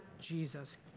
Jesus